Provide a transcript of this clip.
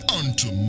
unto